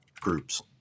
groups